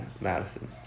Madison